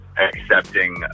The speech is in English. accepting